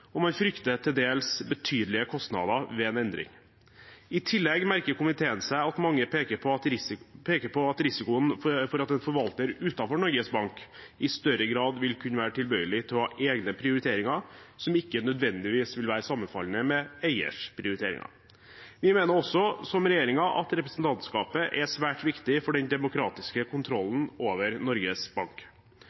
og man frykter til dels betydelige kostnader ved en endring. I tillegg merker komiteen seg at mange peker på risikoen for at en forvalter utenfor Norges Bank i større grad vil kunne være tilbøyelig til å ha egne prioriteringer som ikke nødvendigvis vil være sammenfallende med eiers prioriteringer. Vi mener også, som regjeringen, at representantskapet er svært viktig for den demokratiske kontrollen over Norges Bank.